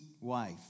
wife